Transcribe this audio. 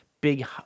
big